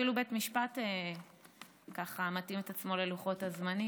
אפילו בית המשפט מתאים את עצמו ללוחות הזמנים,